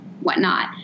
whatnot